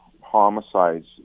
homicides